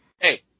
Hey